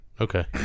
Okay